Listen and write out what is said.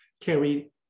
carry